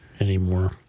anymore